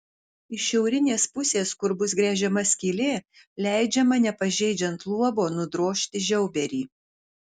iš šiaurinės pusės kur bus gręžiama skylė leidžiama nepažeidžiant luobo nudrožti žiauberį